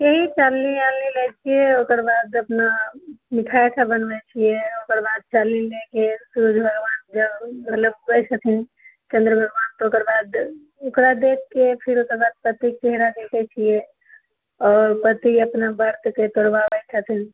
की कयलियै कि ओकर बाद अपना मिठाइ उठाइ बनबै छियै ओकर बाद चलनी लेके सूर्य भगबान जल लोग कहै छथिन चन्द्र भगबानके ओकर बाद ओकरा देखके फिर ओकर बाद पतिके चेहरा देखै छियै आओर पति अपना व्रतके तोड़बाबै छथिन